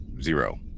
zero